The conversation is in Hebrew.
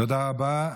תודה רבה.